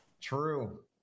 true